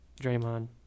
Draymond